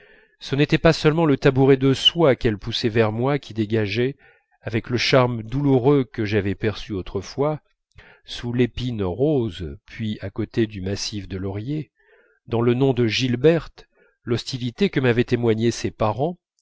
ce n'était pas seulement le tabouret de soie qu'elle poussait vers moi qui dégageait avec le charme douloureux que j'avais perçu autrefois sous l'épine rose puis à côté du massif de lauriers dans le nom de gilberte l'hostilité que m'avaient témoignée ses parents